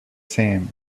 same